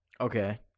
Okay